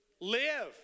live